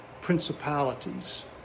principalities